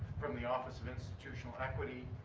from the office of institutional equity,